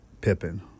Pippin